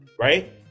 right